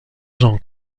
jean